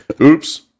Oops